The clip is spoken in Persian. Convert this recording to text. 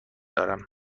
دارم